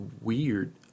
weird